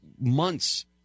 months